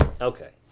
Okay